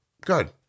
Good